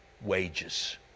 wages